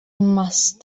must